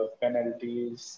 penalties